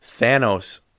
Thanos